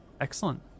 Excellent